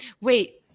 Wait